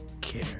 care